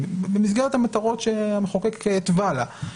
במסגרת המטרות שהמחוקק התווה לה,